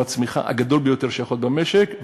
הצמיחה הגדול ביותר שיכול להיות במשק,